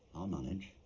manage.